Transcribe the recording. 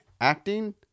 acting